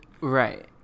right